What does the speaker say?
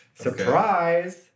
surprise